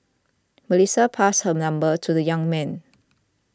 Melissa passed her number to the young man